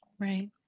Right